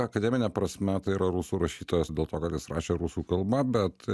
akademine prasme tai yra rusų rašytojas dėl to kad jis rašė rusų kalba bet